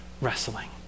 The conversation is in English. wrestling